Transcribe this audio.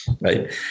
right